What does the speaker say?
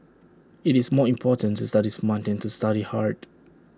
IT is more important to study smart than to study hard